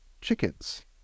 chickens